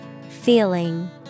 Feeling